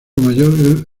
mayor